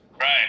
Right